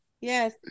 Yes